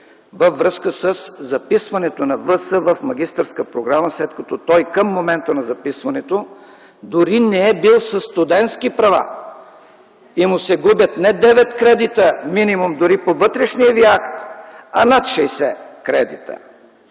във връзка със записването на В.С. в магистърска програма, след като към момента на записването той дори не е бил със студентски права и му се губят не минимум 9 кредита по вътрешния Ви акт, а над 60 кредита?